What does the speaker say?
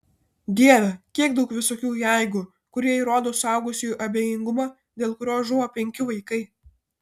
dieve kiek daug visokių jeigu kurie įrodo suaugusiųjų abejingumą dėl kurio žuvo penki vaikai